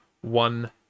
one